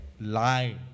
lie